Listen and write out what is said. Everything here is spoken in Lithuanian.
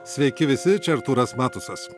sveiki visi čia artūras matusas